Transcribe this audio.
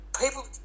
people